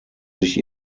sich